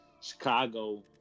Chicago